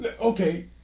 okay